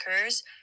occurs